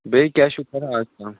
بیٚیہِ کیٛاہ چھُو کَران اَزکل